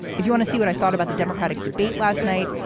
if you want to see what i thought about the democratic debate last night,